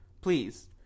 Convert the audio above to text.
please